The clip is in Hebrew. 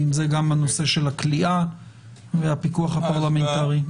ועם זה גם נושא הכליאה והפיקוח הפרלמנטרי.